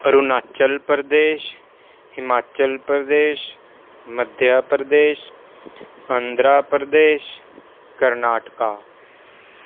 Arunachal Pradesh Himachal Pradesh Madhya Pradesh Andhra Pradesh Karnataka